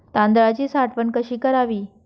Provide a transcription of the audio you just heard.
तांदळाची साठवण कशी करावी?